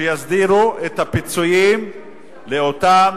שיסדירו את הפיצויים לאותם